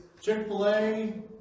Chick-fil-A